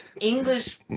English